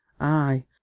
Aye